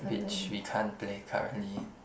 which we can't play currently